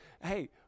hey